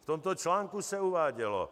V tomto článku se uvádělo: